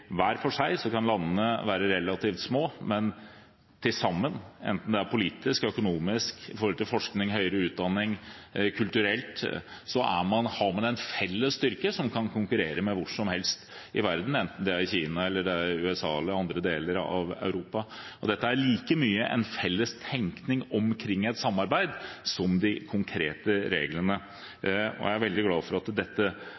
hver for seg, men til sammen – enten det er politisk, økonomisk, i forhold til forskning, høyere utdanning, kulturelt – har man en felles styrke som kan konkurrere med hvor som helst i verden, enten det er Kina eller det er USA eller det er andre deler av Europa. Dette er like mye en felles tenkning omkring et samarbeid som de konkrete reglene.